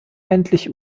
endlich